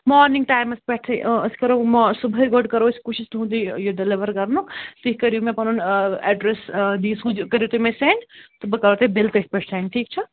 morning ٹایِمَس پٮ۪ٹھٕے اۭں أسۍ کَرَو ما صُبحٲے گۄڈٕ کَرَو أسۍ کوٗشِش تُہٕنٛدٕے یہِ ڈِلِوَر کَرنُک تُہۍ کٔرِو مےٚ پَنُن اٮ۪ڈرَس دِیِو سوزِو کٔرِو تُہۍ مےٚ سٮ۪نٛڈ تہٕ بہٕ کَرو تۄہہِ بِل تٔتھۍ پٮ۪ٹھ سٮ۪نٛڈ ٹھیٖک چھا